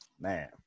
Man